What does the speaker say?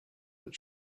that